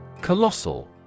Colossal